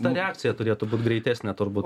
ta reakcija turėtų būt greitesnė turbūt